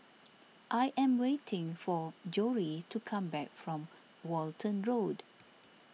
I am waiting for Jory to come back from Walton Road